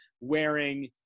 wearing